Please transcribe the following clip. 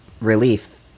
relief